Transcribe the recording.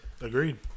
Agreed